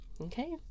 Okay